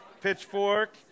Pitchfork